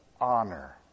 honor